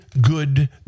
good